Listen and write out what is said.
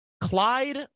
Clyde